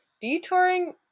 detouring